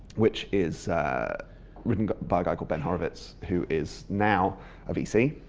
which is written by a guy called ben horowitz who is now a vc,